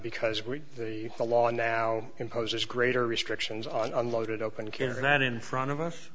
because we the law and now imposes greater restrictions on unloaded open carry not in front of us